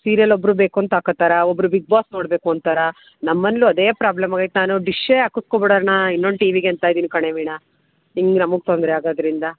serial ಒಬ್ಬರು ಬೇಕು ಅಂತ ಹಾಕೋತಾರಾ ಒಬ್ಬರು ಬಿಗ್ ಬಾಸ್ ನೋಡಬೇಕು ಅಂತಾರಾ ನಮ್ಮ ಮನೆಲೂ ಅದೇ ಪ್ರಾಬ್ಲಮ್ ಆಗೈತೆ ನಾನು ಡಿಶ್ಶೇ ಹಾಕಸ್ಕೋಬಿಡಣ ಇನ್ನೊಂದು ಟಿ ವಿಗೆ ಅಂತ ಇದ್ದೀನಿ ಕಣೆ ವೀಣಾ ಹಿಂಗ್ ನಮಗೆ ತೊಂದರೆ ಆಗೋದ್ರಿಂದ